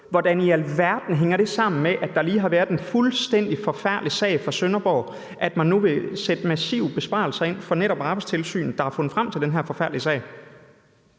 Hvordan i alverden hænger det, at der lige har været en fuldstændig forfærdelig sag fra Sønderborg, sammen med, at man nu vil sætte massive besparelser ind for netop Arbejdstilsynet, der har fundet frem til den her forfærdelige sag?